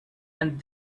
and